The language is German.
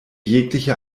jegliche